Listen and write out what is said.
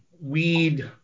weed